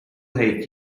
hate